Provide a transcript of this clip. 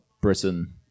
Britain